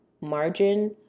margin